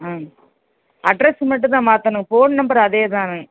ம் அட்ரெஸ்ஸு மட்டும்தான் மாற்றணும் ஃபோன் நம்பர் அதேதானுங்க